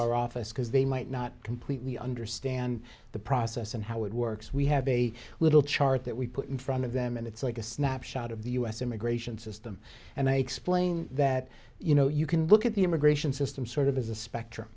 our office because they might not completely understand the process and how it works we have a little chart that we put in front of them and it's like a snapshot of the u s immigration system and i explain that you know you can look at the immigration system sort of as a spectrum